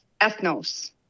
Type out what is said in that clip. ethnos